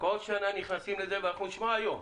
כל שנה נכנסים לזה ואנחנו נשמע היום,